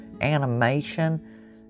animation